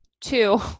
Two